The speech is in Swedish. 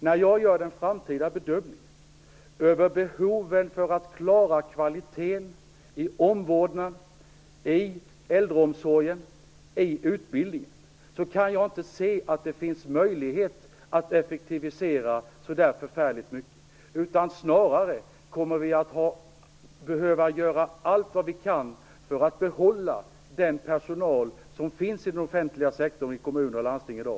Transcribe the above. När jag bedömer de framtida behoven för att klara kvaliteten i vården, äldreomsorgen och utbildningen kan jag inte se att det finns möjlighet att effektivisera så där förfärligt mycket mer. Snarare kommer vi att behöva göra allt vi kan för att behålla den personal som finns i den offentliga sektorn i kommuner och landsting i dag.